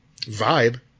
vibe